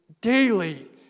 daily